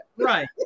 Right